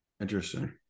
Interesting